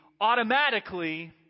automatically